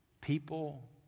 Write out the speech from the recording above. people